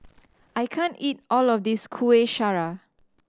I can't eat all of this Kuih Syara